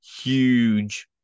huge